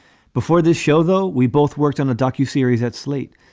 before this show, though, we both worked on a docu series at slate.